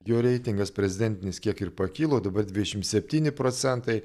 jo reitingas prezidentinis kiek ir pakilo dabar dvidešimt septyni procentai